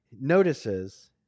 notices